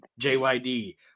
JYD